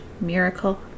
Miracle